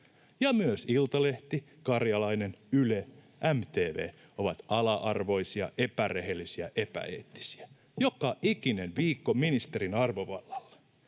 ja myös Iltalehti, Karjalainen, Yle ja MTV ovat ”ala-arvoisia”, ”epärehellisiä” ja ”epäeettisiä”. Joka ikinen viikko ministerin arvovallalla.